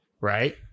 right